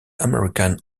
american